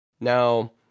Now